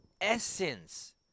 essence